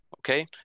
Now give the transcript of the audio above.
Okay